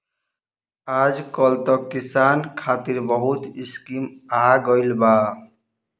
आजकल त किसान खतिर बहुत स्कीम आ गइल बा